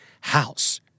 house